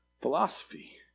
philosophy